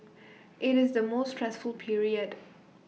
IT is the most stressful period